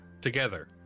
Together